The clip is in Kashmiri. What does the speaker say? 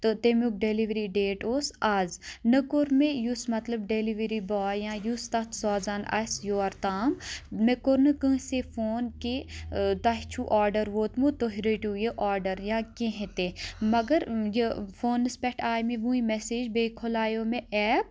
تہٕ تمیُک ڈؠلؤری ڈیٹ اوس آز نہ کۆر مےٚ یُس مطلب ڈؠلؤری باے یا یُس تَتھ سوزان آسہِ یور تام مےٚ کۆر نہٕ کٲنسے فون کہِ تۄہہِ چھو آرڈر ووتمُت تُہۍ رٔٹِو یہِ آرڈر یا کینٛہہ تہِ مَگر یہِ فونَس پؠٹھ آے مےٚ وٕنۍ مؠسیج بیٚیہِ کھُلایو مےٚ ایپ